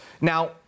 Now